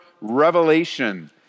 Revelation